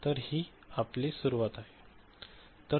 तर हि आपली सुरुवात आहे